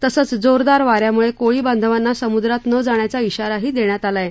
तसंच जोरदार वा यांमुळे कोळी बांधवांना समुद्रात न जाण्याचा शिवारा ही देण्यात आला आहे